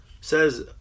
says